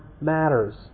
matters